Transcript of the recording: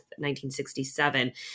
1967